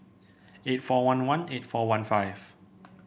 eight four one one eight four one five